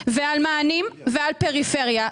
על מענים ועל פריפריה.